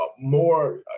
more